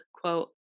quote